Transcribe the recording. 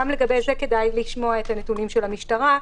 גם לגבי זה כדאי לשמוע את הנתונים של המשטרה,